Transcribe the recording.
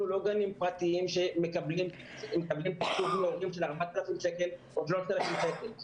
אנחנו לא גנים פרטיים שמקבלים תשלום של 4,000 שקל או 3,000 שקל מהורים.